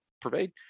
pervade